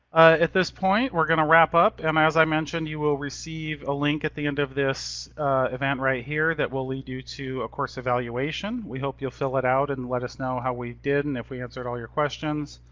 at this point we're gonna wrap up, um and as i mentioned you will receive a link at the end of this event right here that will lead you to a course evaluation. we hope you'll fill it out and let us know how we did and if we answered all your questions.